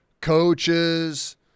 coaches